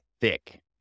thick